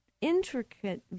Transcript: intricate